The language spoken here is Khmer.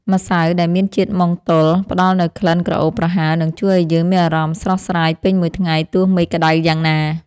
ម្សៅដែលមានជាតិម៉ង់តុលផ្តល់នូវក្លិនក្រអូបប្រហើរនិងជួយឱ្យយើងមានអារម្មណ៍ស្រស់ស្រាយពេញមួយថ្ងៃទោះមេឃក្តៅយ៉ាងណា។